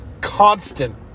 Constant